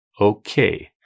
Okay